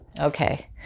Okay